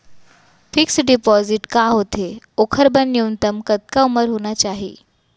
Fix deposit का होथे ओखर बर न्यूनतम कतका उमर होना चाहि?